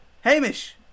Hamish